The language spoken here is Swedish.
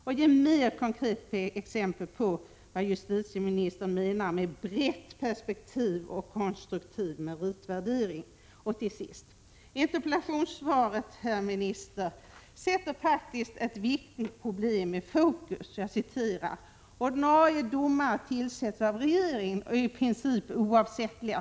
Och ge mera konkreta exempel på vad justitieministern menar med brett perspektiv och en konstruktiv meritvärdering! Till sist: Interpellationssvaret, herr minister, sätter faktiskt ett viktigt problemii fokus. Det står bl.a. följande: ”att de ordinarie domarna i vårt land tillsätts av regeringen och i princip är oavsättliga.